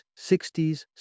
60s